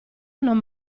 non